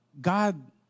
God